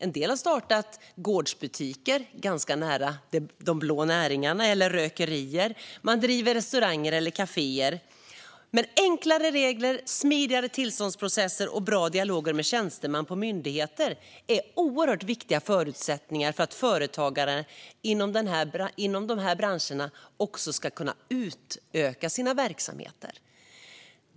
En del har startat gårdsbutiker, ganska nära de blå näringarna, eller rökerier. Man driver restauranger eller kaféer. Enklare regler, smidiga tillståndsprocesser och bra dialoger med tjänstemän på myndigheter är oerhört viktiga förutsättningar för att företagare inom de branscherna också ska kunna utöka sina verksamheter.